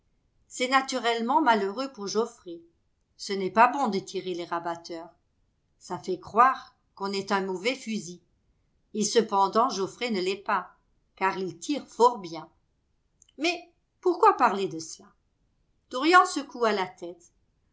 c'est naturellement malheureux pour geoffrey ce n'est pas bon de tirer les rabatteurs ça fait croire qu'on est un mauvais fusil et cependant geoffrey ne l'est pas car il tire fort bien mais pourquoi parler de cela dorian secoua la tête